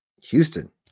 Houston